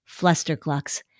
Flusterclucks